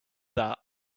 that